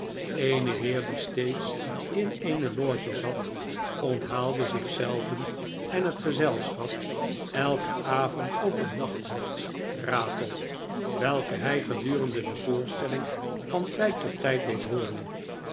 eene heer die steeds in eene loge zat onthaalde zich zelven en het gezelschap elken avond op een nachtwachts ratel welken hij gedurende de voorstelling van tyd tot tijd deed hooren